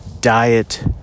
diet